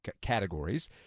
categories